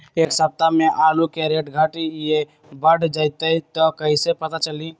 एक सप्ताह मे आलू के रेट घट ये बढ़ जतई त कईसे पता चली?